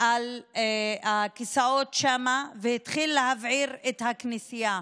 על הכיסאות שם והתחיל להבעיר את הכנסייה.